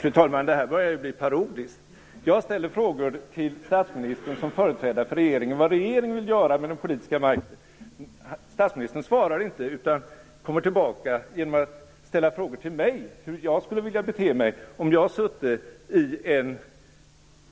Fru talman! Detta börjar bli parodiskt. Jag ställer frågor till statsministern som företrädare för regeringen om vad regeringen vill göra med den politiska makten. Statsministern svarar inte, utan kommer tillbaka genom att ställa frågor till mig om hur jag skulle vilja bete mig om jag sutte i en